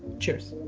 cheers!